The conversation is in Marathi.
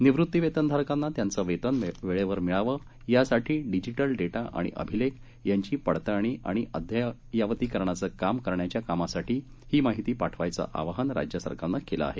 निवृत्तीवेतनधारकांना त्यांचे वेतन वेळेवर मिळावे यासाठी डिजिटल डेटा आणि अभिलेखे यांची पडताळणी आणि अद्ययावतचे काम करण्याच्या कामासाठी ही माहिती पाठवायचे आवाहन राज्य सरकारने केले आहे